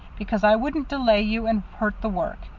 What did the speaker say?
because i wouldn't delay you and hurt the work.